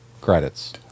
credits